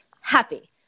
happy